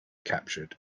captured